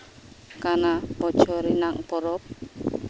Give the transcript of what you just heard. ᱠᱟᱱᱟ ᱵᱚᱪᱷᱚᱨ ᱨᱮᱱᱟᱝ ᱯᱚᱨᱚᱵᱽ